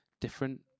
different